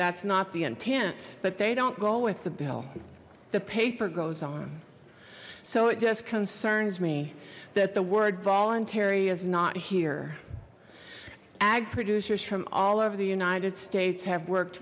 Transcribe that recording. that's not the intent but they don't go with the bill the paper goes on so it just concerns me that the word voluntary is not here ag producers from all over the united states have worked